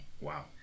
wow